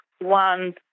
one